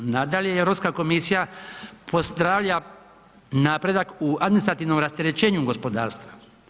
Nadalje, Europska komisija pozdravlja napredak u administrativnom rasterećenju gospodarstva.